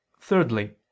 Thirdly